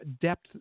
depth